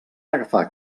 agafar